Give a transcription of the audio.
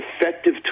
effective